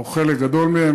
או חלק גדול מהם,